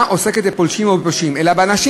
עוסקת בפולשים או בפושעים אלא באנשים